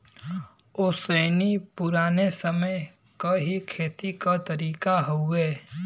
ओसैनी पुराने समय क ही खेती क तरीका हउवे